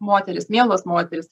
moterys mielos moterys